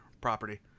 property